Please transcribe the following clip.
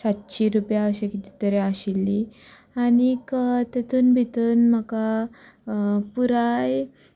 सातशीं रुपया अशी कितें तरी आशिल्ली आनीक तातूंत भीतर म्हाका पुराय